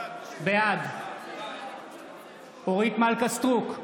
בעד אורית מלכה סטרוק,